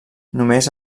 només